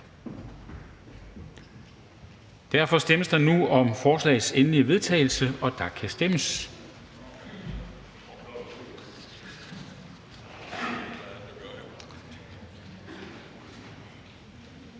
Der stemmes om forslagets endelige vedtagelse, og der kan stemmes.